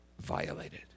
violated